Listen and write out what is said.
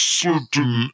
certain